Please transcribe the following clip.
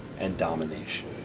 and domination.